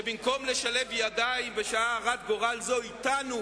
שבמקום לשלב ידיים בשעה הרת-גורל זו אתנו